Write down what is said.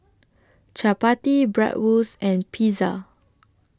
Chapati Bratwurst and Pizza